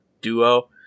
duo